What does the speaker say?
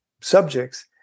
subjects